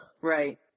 Right